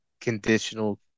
conditional